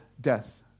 death